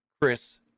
Chris